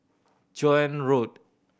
Joan Road